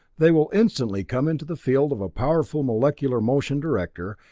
they will instantly come into the field of a powerful molecular motion director,